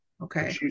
okay